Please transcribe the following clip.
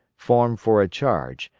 formed for a charge,